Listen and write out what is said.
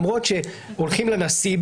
למרות שהולכים לנשיא,